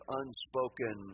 unspoken